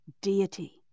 deity